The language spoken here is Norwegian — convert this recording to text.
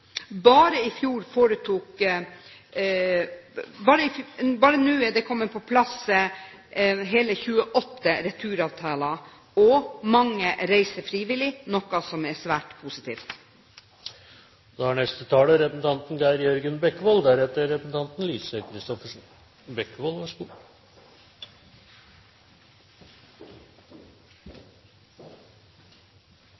Bare nå er det kommet på plass hele 28 returavtaler, og mange reiser frivillig, noe som er svært positivt. Aller først en liten svipptur innom representanten